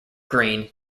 green